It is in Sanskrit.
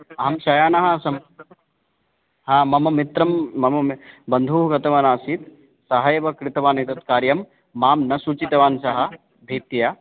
अहं शयनः आसं हा मम मित्रं मम मि बन्धुः गतवानासीत् सः एव कृतवानेतत् कार्यं मां न सूचितवान् सः भीत्या